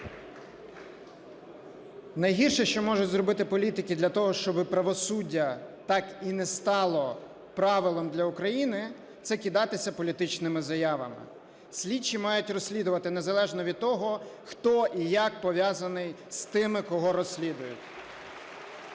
Найгірше, що можуть зробити політики для того, щоби правосуддя так і не стало правилом для України, це кидатися політичними заявами. Слідчі мають розслідувати, незалежно від того, хто і як пов'язаний з тими, кого розслідують.